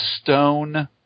stone